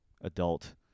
adult